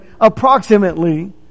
approximately